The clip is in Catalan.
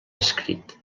escrit